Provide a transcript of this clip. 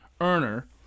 earner